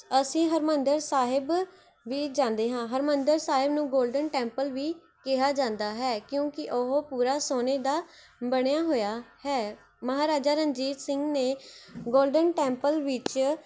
ਅਸੀਂ ਹਰਿਮੰਦਰ ਸਾਹਿਬ ਵੀ ਜਾਂਦੇ ਹਾਂ ਹਰਿਮੰਦਰ ਸਾਹਿਬ ਨੂੰ ਗੋਲਡਨ ਟੈਂਪਲ ਵੀ ਕਿਹਾ ਜਾਂਦਾ ਹੈ ਕਿਉਂਕਿ ਉਹ ਪੂਰਾ ਸੋਨੇ ਦਾ ਬਣਿਆ ਹੋਇਆ ਹੈ ਮਹਾਰਾਜਾ ਰਣਜੀਤ ਸਿੰਘ ਨੇ ਗੋਲਡਨ ਟੈਂਪਲ ਵਿੱਚ